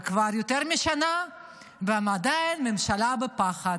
וכבר יותר משנה ועדיין הממשלה בפחד,